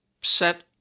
set